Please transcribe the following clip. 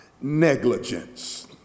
negligence